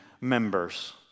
members